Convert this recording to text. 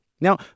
Now